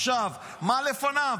עכשיו, מה לפניו?